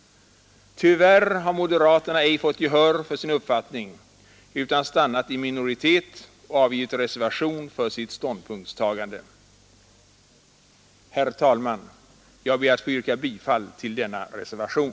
Tyvärr har moderaterna inte fått gehör för sin uppfattning utan stannat i minoritet. De har avgivit en reservation för sin ståndpunkt Herr talman! Jag ber att få yrka bifall till denna reservation.